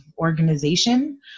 organization